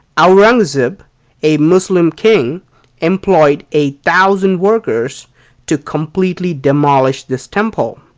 um aurangzeb a muslim king employed a thousand workers to completely demolish this temple.